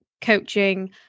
coaching